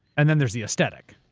and then there's the aesthetic.